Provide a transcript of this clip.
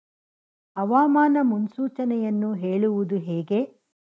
ಹವಾಮಾನ ಮುನ್ಸೂಚನೆಯನ್ನು ಹೇಳುವುದು ಹೇಗೆ?